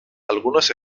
algunos